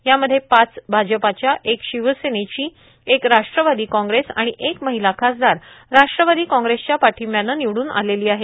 यामध्ये पाच भाजपाच्या एक शिवसेनेची एक राष्ट्रवादी कॉग्रेस आणि एक महिला खासदार राष्ट्रवादी कॉंग्रेसच्या पाठिंब्यानं निवडून आली आहे